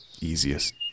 easiest